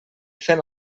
fent